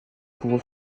couvre